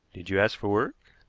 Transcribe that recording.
did you ask for work?